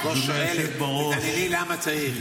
את לא שואלת, תתענייני למה צריך.